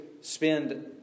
spend